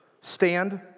Stand